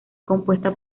compuesta